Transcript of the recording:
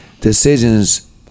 decisions